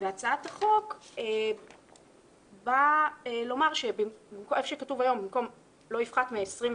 והצעת החוק באה לומר שאיפה שכתוב היום "לא יפחת מ-25"